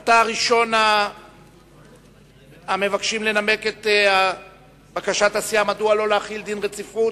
אתה ראשון המבקשים לנמק את בקשת הסיעה מדוע לא להחיל דין רציפות.